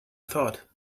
thought